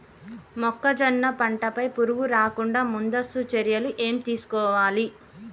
మొక్కజొన్న పంట పై పురుగు రాకుండా ముందస్తు చర్యలు ఏం తీసుకోవాలి?